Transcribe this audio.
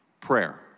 prayer